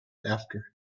after